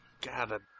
God